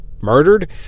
murdered